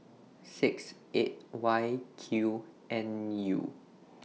six eight Y Q N U